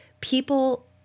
People